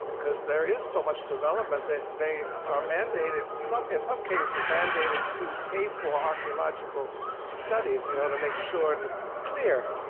cause there is so much development that they are mandated, in some cases mandated to pay for archeological studies you know to make sure it's clear.